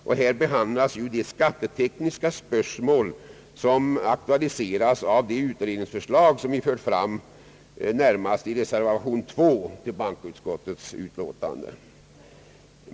I betänkandet behandlas de skattetekniska spörsmål som aktualiserats av de utredningsförslag som vi fört fram, närmast i reservation 2 till bankoutskottets utlåtande.